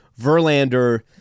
Verlander